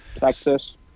Texas